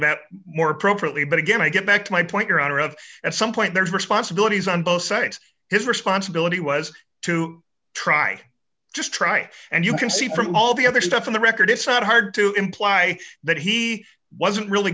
that more appropriately but again i get back to my point your honor of at some point there's responsibilities on both sides his responsibility was to try just try and you can see from all the other stuff in the record it's not hard to imply that he wasn't really